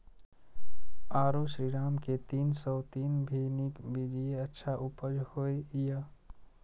आरो श्रीराम के तीन सौ तीन भी नीक बीज ये अच्छा उपज होय इय?